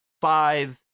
five